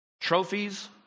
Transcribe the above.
Trophies